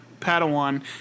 Padawan